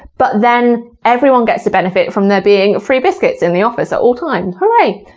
but then everyone gets to benefit from there being free biscuits in the office at all times. hooray!